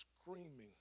screaming